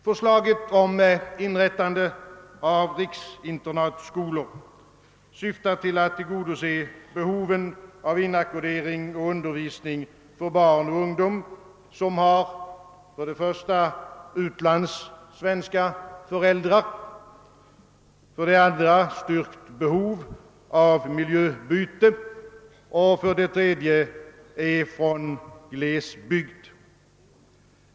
Förslaget om inrättandet av riksinternatskolor syftar till att tillgodose behoven av inackordering och undervisning för barn och ungdom som har utlandssvenska föräldrar, som har styrkt behov av miljöbyte eller som kommer från glesbygd.